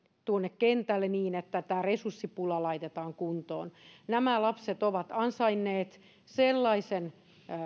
kentälle niin että tämä resurssipula laitetaan kuntoon nämä lapset ovat ansainneet sellaisen